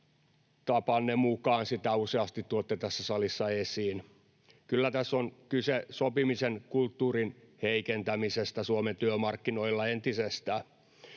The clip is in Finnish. tapanne mukaan sitä useasti tuotte tässä salissa esiin. Kyllä tässä on kyse sopimisen kulttuurin heikentämisestä entisestään Suomen työmarkkinoilla. Elikkä